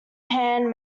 hand